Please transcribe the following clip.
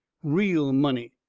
real money.